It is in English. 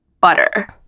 butter